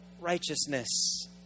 righteousness